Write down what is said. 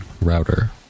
router